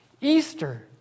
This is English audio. Easter